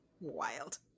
Wild